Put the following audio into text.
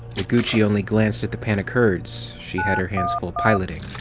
noguchi only glanced at the panicked herds she had her hands full piloting.